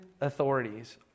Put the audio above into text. authorities